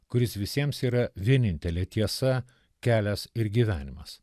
kuris visiems yra vienintelė tiesa kelias ir gyvenimas